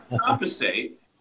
compensate